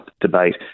debate